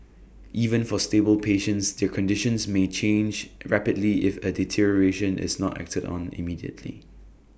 even for stable patients their conditions may change rapidly if A deterioration is not acted on immediately